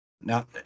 Now